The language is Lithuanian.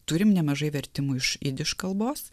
turim nemažai vertimų iš jidiš kalbos